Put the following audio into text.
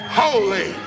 holy